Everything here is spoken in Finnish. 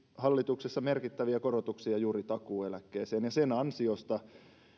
hallituksessa tehtiin merkittäviä korotuksia juuri takuueläkkeeseen ja sen ansiosta